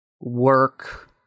work